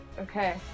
Okay